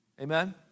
Amen